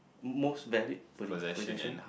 most valid posi~ procession